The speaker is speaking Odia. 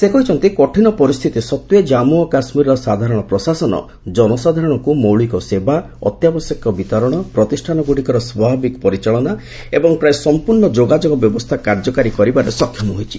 ସେ କହିଛନ୍ତି କଠିନ ପରିସ୍ଥିତି ସତ୍ତ୍ୱେ ଜାଞ୍ଗୁ ଓ କାଶ୍ମୀରର ସାଧାରଣ ପ୍ରଶାସନ ଜନସାଧାରଣଙ୍କୁ ମୌଳିକ ସେବା ଅତ୍ୟାବଶ୍ୟକ ବିତରଣ ପ୍ରତିଷ୍ଠାନଗୁଡ଼ିକର ସ୍ୱାଭାବିକ ପରିଚାଳନା ଏବଂ ପ୍ରାୟ ସଂପର୍ଣ୍ଣ ଯୋଗାଯୋଗ ବ୍ୟବସ୍ଥା କାର୍ଯ୍ୟକାରୀ କରିବାରେ ସକ୍ଷମ ହୋଇଛି